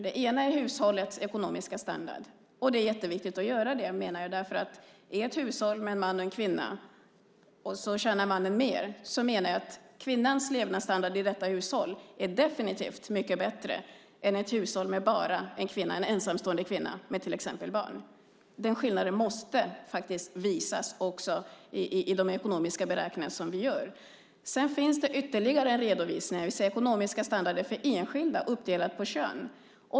Den ena är hushållets ekonomiska standard. Det är jätteviktigt att göra den redovisningen. I ett hushåll med en man och en kvinna där mannen tjänar mer, menar jag att kvinnans levnadsstandard i detta hushåll är definitivt mycket bättre än i ett hushåll med bara en ensamstående kvinna med barn. Den skillnaden måste visas också i de ekonomiska beräkningarna. Den andra redovisade siffran är ekonomiska standarder för enskilda uppdelade på kön.